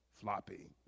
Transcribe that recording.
floppy